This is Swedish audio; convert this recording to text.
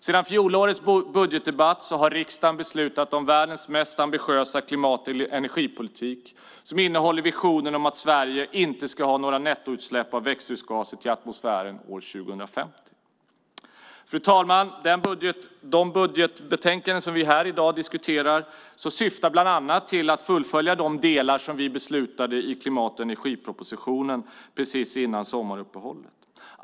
Sedan fjolårets budgetdebatt har riksdagen beslutat om världens mest ambitiösa klimat och energipolitik som innehåller visionen om att Sverige inte ska ha några nettoutsläpp av växthusgaser till atmosfären år 2050. Fru ålderspresident! De budgetbetänkanden som vi diskuterar här i dag syftar bland annat till att fullfölja de delar som vi beslutade om i klimat och energipropositionen precis före sommaruppehållet.